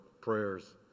prayers